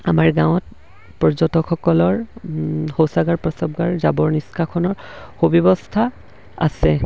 আমাৰ গাঁৱত পৰ্যটকসকলৰ শৌচাগাৰ প্ৰস্ৰাৱগাৰ জাবৰ নিষ্কাশনৰ সুব্যৱস্থা আছে